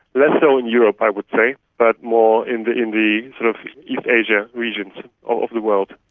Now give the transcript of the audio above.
less so in europe i would say but more in the in the sort of east asian regions of the world.